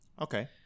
Okay